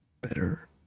better